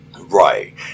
Right